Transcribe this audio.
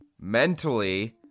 mentally